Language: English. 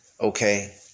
Okay